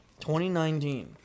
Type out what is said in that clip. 2019